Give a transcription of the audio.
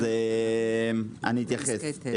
אתייחס.